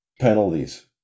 penalties